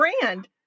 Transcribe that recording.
brand